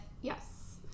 Yes